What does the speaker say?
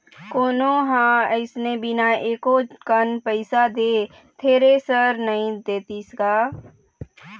कोनो ह अइसने बिना एको कन पइसा दे थेरेसर नइ देतिस गा